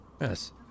Yes